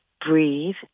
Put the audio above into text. Breathe